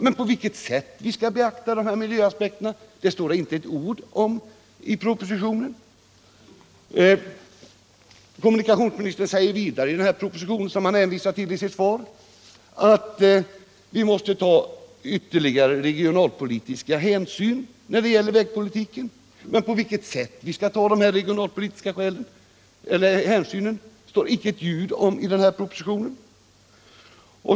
Men på vilket sätt vi skall beakta miljöaspekterna står det inte ett ord om i propositionen. ESF nn, Kommunikationsministern säger vidare i den provosition som han Om åtgärder för att hänvisar till i sitt svar att vi måste ta ytterligare regionalpolitiska hänsyn = förbättra kollektivnär det gäller vägpolitiken. Men på vilket sätt vi skall ta dessa = trafiken regionalpolitiska hänsyn står det inte ett ord om i propositionen.